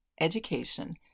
education